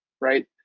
right